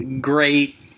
great